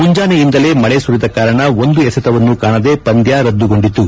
ಮುಂಜಾನೆಯಿಂದಲೇ ಮಳೆ ಸುರಿದ ಕಾರಣ ಒಂದು ಎಸೆತವನ್ನೂ ಕಾಣದೆ ಪಂದ್ಯ ರದ್ದುಗೊಂಡಿತು